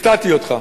הפתעתי אותך.